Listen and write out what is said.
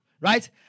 Right